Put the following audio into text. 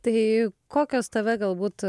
tai kokios tave galbūt